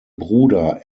bruder